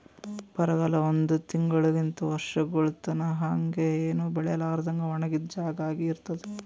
ಬರಗಾಲ ಒಂದ್ ತಿಂಗುಳಲಿಂತ್ ವರ್ಷಗೊಳ್ ತನಾ ಹಂಗೆ ಏನು ಬೆಳಿಲಾರದಂಗ್ ಒಣಗಿದ್ ಜಾಗಾ ಆಗಿ ಇರ್ತುದ್